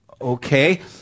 okay